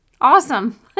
awesome